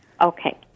Okay